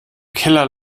keller